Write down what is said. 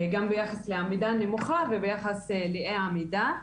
גם ביחס לעמידה נמוכה וביחס לאי עמידה.